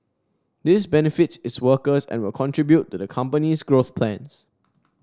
this benefits its workers and will contribute to the company's growth plans